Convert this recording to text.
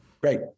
Great